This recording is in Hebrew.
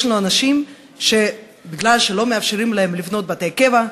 יש אנשים שמכיוון שלא מאפשרים להם לבנות בתי קבע,